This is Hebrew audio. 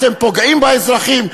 אתם פוגעים באזרחים.